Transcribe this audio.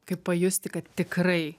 kaip pajusti kad tikrai